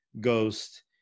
ghost